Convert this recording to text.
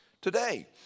today